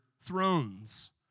thrones